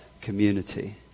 community